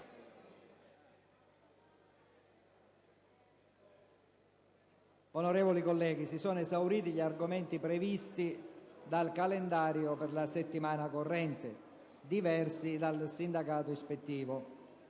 Onorevoli colleghi, si sono esauriti gli argomenti previsti dal calendario per la settimana corrente diversi dal sindacato ispettivo.